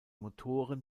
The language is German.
motoren